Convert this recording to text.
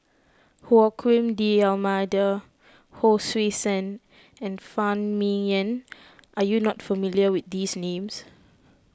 Joaquim D'Almeida Hon Sui Sen and Phan Ming Yen are you not familiar with these names